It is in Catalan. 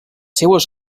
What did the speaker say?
seues